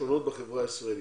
שונות בחברה הישראלית.